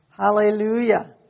Hallelujah